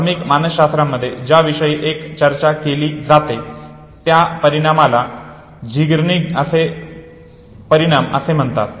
प्राथमिक मानसशास्त्रामध्ये ज्याविषयी एक चर्चा केली जाते त्या परिणामाला झिगार्निक परिणाम असे म्हणतात